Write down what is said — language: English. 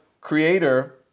creator